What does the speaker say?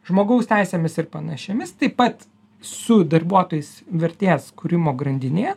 žmogaus teisėmis ir panašėmis taip pat su darbuotojais vertės kūrimo grandinėje